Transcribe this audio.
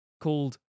called